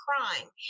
crime